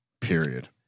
Period